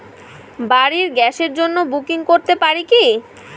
বাড়ির গ্যাসের জন্য বুকিং করতে পারি কি?